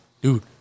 dude